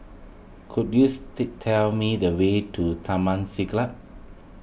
could you tell me the way to Taman Siglap